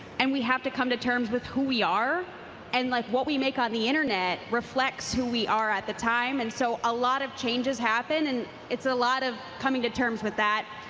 and we have to come to terms with who we are and like what we make on the internet reflects who we are at the time. and so a lot of changes happen. so and it's a lot of coming to terms with that.